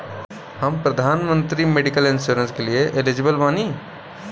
हम प्रधानमंत्री medical insurance के लिए एलिजिबल बानी?